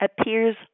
appears